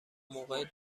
موقع